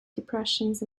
depressions